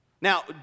Now